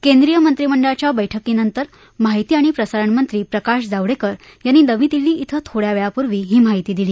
केंद्रीय मंत्रिमंडळाच्या बैठकीनंतर माहिती आणि प्रसारण मंत्री प्रकाश जावडेकर यांनी नवी दिल्ली इथं थोड्या वेळापूर्वी ही माहिती दिली